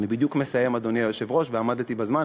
אני בדיוק מסיים, אדוני היושב-ראש, ועמדתי בזמן.